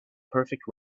perfect